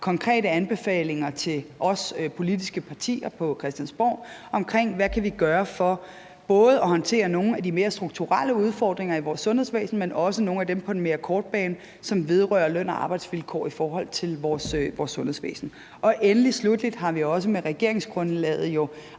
konkrete anbefalinger til os politiske partier på Christiansborg om, hvad vi kan gøre for både at håndtere nogle af de mere strukturelle udfordringer i vores sundhedsvæsen, men også nogle af dem på den mere korte bane, som vedrører løn- og arbejdsvilkår i vores sundhedsvæsen. Endelig og sluttelig har vi også med regeringsgrundlaget